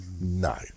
No